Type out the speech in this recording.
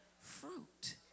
fruit